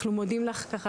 ואנחנו מודים לך.